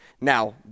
Now